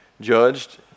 judged